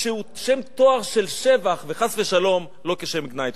שהוא שם תואר של שבח, וחס ושלום לא כשם גנאי.